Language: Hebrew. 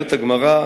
אומרת הגמרא: